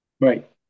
Right